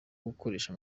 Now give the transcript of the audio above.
gukoresha